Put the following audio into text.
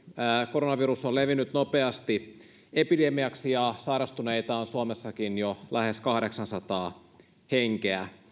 koronavirus on levinnyt nopeasti epidemiaksi ja sairastuneita on suomessakin jo lähes kahdeksansataa henkeä